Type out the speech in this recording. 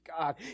God